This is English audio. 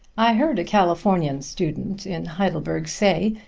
i heard a californian student in heidelberg say,